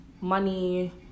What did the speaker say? money